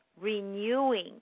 renewing